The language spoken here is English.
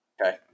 Okay